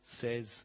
says